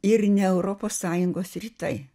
ir ne europos sąjungos rytai